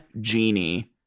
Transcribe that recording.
Genie